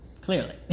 clearly